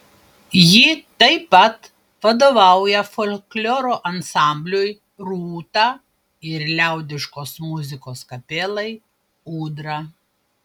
ji taip pat vadovauja folkloro ansambliui rūta ir liaudiškos muzikos kapelai ūdra